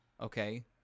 Okay